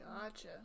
Gotcha